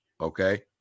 Okay